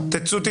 תצאו,